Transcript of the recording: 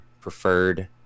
preferred